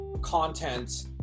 content